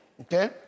Okay